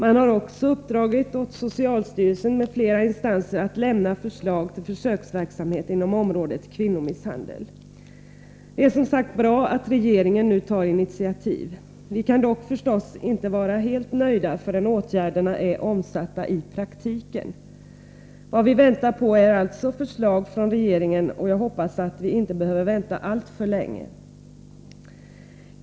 Man har också uppdragit åt socialstyrelsen m.fl. instanser att lämna förslag till försöksverksamhet inom området kvinnomisshandel. Det är som sagt bra att regeringen nu tar initiativ. Men vi kan naturligtvis inte vara helt nöjda förrän åtgärderna är omsatta i praktiken. Vad vi väntar på är alltså förslag från regeringen, och jag hoppas att vi inte behöver vänta alltför länge.